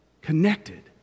connected